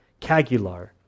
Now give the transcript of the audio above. Cagular